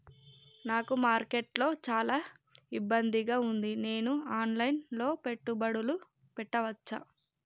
నాకు మార్కెట్స్ లో చాలా ఇబ్బందిగా ఉంది, నేను ఆన్ లైన్ లో పెట్టుబడులు పెట్టవచ్చా?